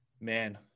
Man